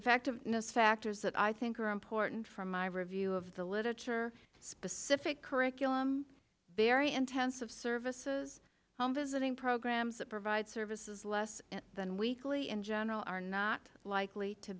effectiveness factors that i thought girl important for my review of the literature specific curriculum very intensive services home visiting programs that provide services less than weekly in general are not likely to